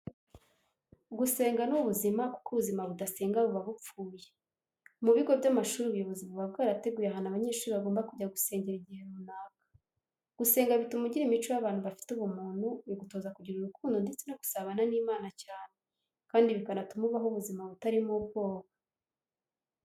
Gusenga ni ubuzima kuko ubuzima budasenga buba bupfuye. Mu bigo by'amashuri ubuyobozi buba bwarateguye ahantu abanyeshuri bagomba kujya gusengera igihe runaka. Gusenga bituma ugira imico y'abantu bafite ubumuntu, bigutoza kugira urukundo ndetse no gusabana n'Imana cyane kandi bikanatuma ubaho ubuzima butarimo ubwoba.